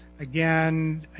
Again